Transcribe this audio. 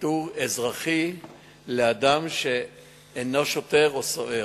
עיטור אזרחי לאדם שאינו שוטר או סוהר,